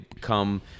come